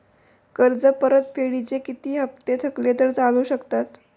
कर्ज परतफेडीचे किती हप्ते थकले तर चालू शकतात?